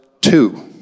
two